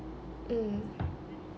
mm